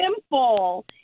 simple